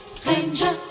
Stranger